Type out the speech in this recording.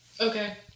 okay